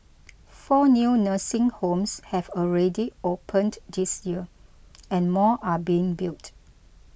four new nursing homes have already opened this year and more are being built